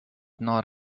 not